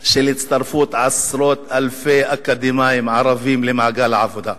של הצטרפות עשרות אלפי אקדמאים ערבים למעגל העבודה.